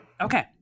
Okay